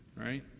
right